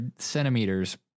centimeters